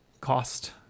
cost